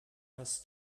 hass